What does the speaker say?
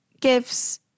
gives